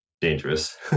dangerous